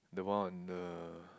the one on the